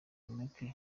markle